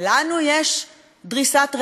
לנו יש דריסת רגל,